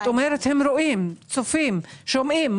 את אומרת שצופים, שומעים.